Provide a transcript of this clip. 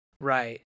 Right